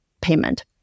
payment